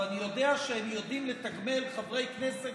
ואני יודע שהם יודעים לתגמל חברי כנסת